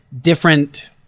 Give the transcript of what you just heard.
different